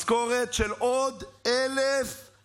אחרי שתקצבנו את המשטרה והוספנו תוספת של 9 מיליארד שקלים,